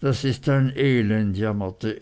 das ist ein elend jammerte